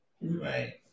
Right